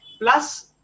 plus